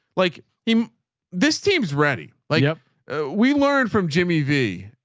like um this team's ready. like yeah we learned from jimmy v